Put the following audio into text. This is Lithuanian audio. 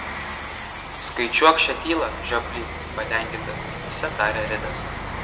skaičiuok šią tylą žioply patenkintas mintyse tarė ridas